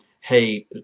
hey